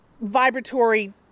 vibratory